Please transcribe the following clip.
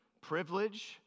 privilege